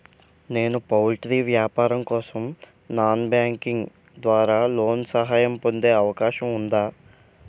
నేను పౌల్ట్రీ వ్యాపారం కోసం నాన్ బ్యాంకింగ్ ద్వారా లోన్ సహాయం పొందే అవకాశం ఉందా?